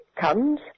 comes